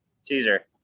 Caesar